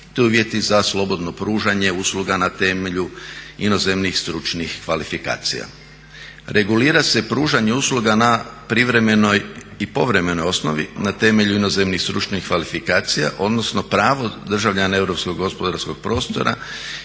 RH te uvjeti za slobodno pružanje usluga na temelju inozemnih stručnih kvalifikacija. Regulira se pružanje usluga na privremenoj i povremenoj osnovi na temelju inozemnih stručnih kvalifikacija odnosno pravo državljana europskog gospodarskog prostora